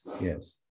yes